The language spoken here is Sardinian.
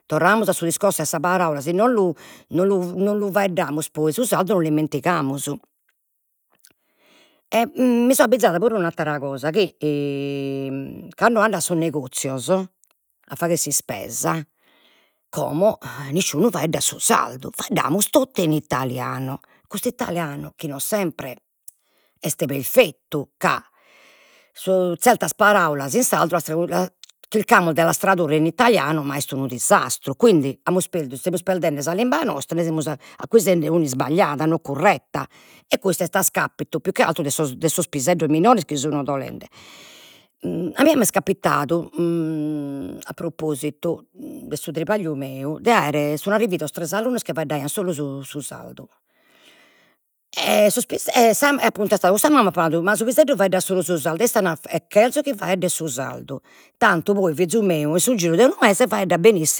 Torramus a su discorso 'e sa paraula, si non lu non lu non lu faeddamus poi su sardu no l'ismentigamus, e mi so abbizada puru 'e un'attera cosa, chi cando ando a sos negozios a fagher s'ispesa como nisciunu faeddat su sardu, faeddamus totu in italiano, cuss'italiano chi non sempre est perfettu, ca zertas paraulas in sardu las chircamus de las tradurre in italiano ma est unu disastru, quindi amus perdidu, semus perdende sa limba nostra e nde semus acquisende una isbagliada non curretta, e est a 'iscapitu più che atteru 'e sos piseddos minores chi sun 'odolende, a mie m'est capitadu a propositu, de su tripagliu meu, de aere, sun arrividos tres alunnos chi faeddaian solu su su sardu, e sos e sas e apo cunterestadu cun sas mama e apo nadu, ma su piseddu faeddat solu su sardu e e cherzo chi faeddet su sardu, tantu poi fizu meu in su giru de unu mese faeddat